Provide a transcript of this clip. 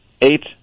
eight